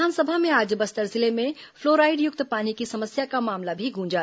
विधानसभा में आज बस्तर जिले में फ्लोराइडयुक्त पानी की समस्या का मामला भी गूंजा